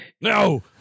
no